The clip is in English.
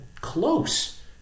close